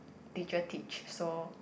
teacher teach so